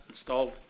installed